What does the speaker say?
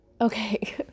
okay